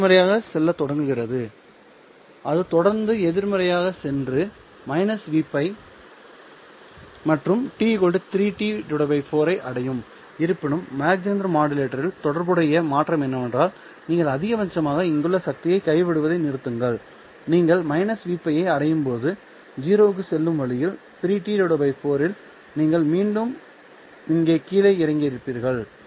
உள்ளீடு எதிர்மறையாக செல்லத் தொடங்குகிறது அது தொடர்ந்து எதிர்மறையாக சென்று -Vπ மற்றும் t 3T 4 ஐ அடையும் இருப்பினும் மாக் ஜெஹெண்டர் மாடுலேட்டரில் தொடர்புடைய மாற்றம் என்னவென்றால் நீங்கள் அதிகபட்சமாக இங்குள்ள சக்தியைக் கைவிடுவதை நிறுத்துகிறீர்கள் நீங்கள் Vπ ஐ அடையும்போது 0 க்கு செல்லும் வழியில் 3T 4 இல் நீங்கள் மீண்டும் இங்கே கீழே இறங்கியிருப்பீர்கள்